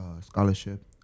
scholarship